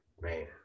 Man